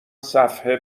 صفحه